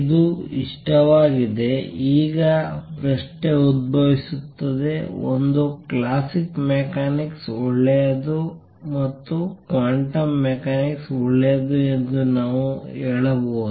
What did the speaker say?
ಇದು ಇಷ್ಟವಾಗಿದೆ ಈಗ ಪ್ರಶ್ನೆ ಉದ್ಭವಿಸುತ್ತದೆ ಒಂದು ಕ್ಲಾಸಿಕಲ್ ಮೆಕ್ಯಾನಿಕ್ಸ್ ಒಳ್ಳೆಯದು ಮತ್ತು ಕ್ವಾಂಟಮ್ ಮೆಕ್ಯಾನಿಕ್ಸ್ ಒಳ್ಳೆಯದು ಎಂದು ನಾವು ಹೇಳಬಹುದು